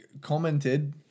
commented